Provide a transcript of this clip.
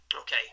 Okay